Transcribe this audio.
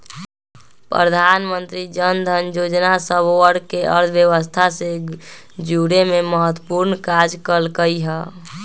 प्रधानमंत्री जनधन जोजना सभ वर्गके अर्थव्यवस्था से जुरेमें महत्वपूर्ण काज कल्कइ ह